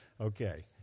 Okay